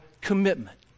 commitment